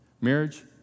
Marriage